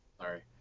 Sorry